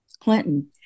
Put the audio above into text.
Clinton